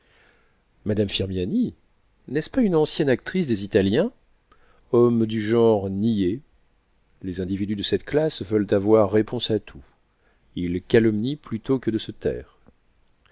madame firmiani n'est-ce pas une ancienne actrice des italiens homme du genre niais les individus de cette classe veulent avoir réponse à tout ils calomnient plutôt que de se taire